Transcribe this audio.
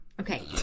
okay